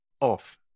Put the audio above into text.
off